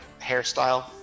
hairstyle